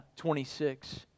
26